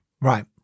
Right